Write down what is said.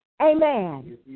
Amen